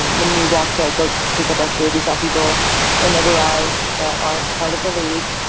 when we walked to, like, go pick up our food, we saw people in their garage that aren't a part of the league.